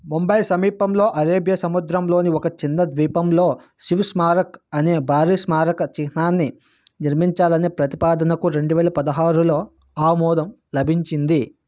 ముంబై సమీపంలో అరేబియా సముద్రంలోని ఒక చిన్న ద్వీపంలో శివ్ స్మారక్ అనే భారీ స్మారక చిహ్నాన్ని నిర్మించాలనే ప్రతిపాదనకు రెండువేల పదహారులో ఆమోదం లభించింది